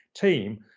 team